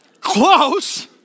Close